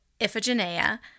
Iphigenia